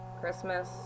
Christmas